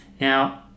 now